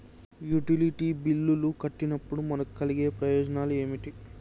Utility బిల్లులు కట్టినప్పుడు మనకు కలిగే ప్రయోజనాలు ఏమిటి?